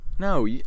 No